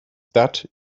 that